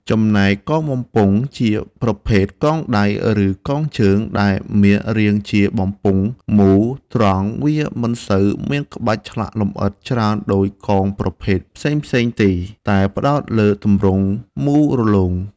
ចំណែកកងបំពង់ជាប្រភេទ កងដៃ ឬកងជើង ដែលមាន រាងជាបំពង់មូល ត្រង់ វាមិនសូវមានក្បាច់ឆ្លាក់លម្អិតច្រើនដូចកងប្រភេទផ្សេងៗទេ តែផ្តោតលើទម្រង់មូលរលោង។